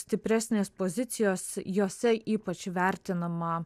stipresnės pozicijos jose ypač vertinama